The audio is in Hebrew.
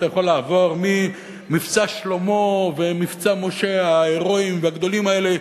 אתה יכול לעבור מ"מבצע שלמה" ו"מבצע משה" ההירואיים והגדולים האלה,